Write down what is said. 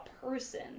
person